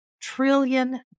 trillion